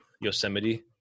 Yosemite